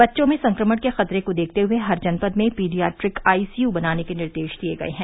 बच्चों में संक्रमण के खतरे को देखते हुए हर जनपद में पीडियाट्रिक आईसीयू बनाने के निर्देश दिये गये हैं